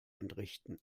entrichten